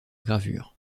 gravure